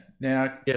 Now